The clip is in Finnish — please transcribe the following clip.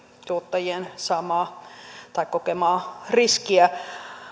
tuottajien saamaa tai kokemaa riskiä